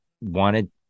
wanted